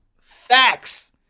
Facts